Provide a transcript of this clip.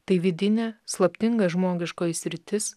tai vidinė slaptinga žmogiškoji sritis